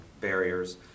barriers